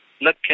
Look